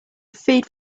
feed